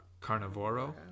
Carnivoro